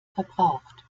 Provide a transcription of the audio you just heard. verbraucht